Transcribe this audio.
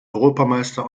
europameister